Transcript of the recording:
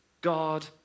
God